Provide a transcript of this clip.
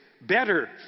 Better